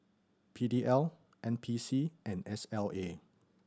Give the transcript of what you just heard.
P D L N P C and S L A